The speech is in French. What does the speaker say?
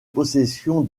possession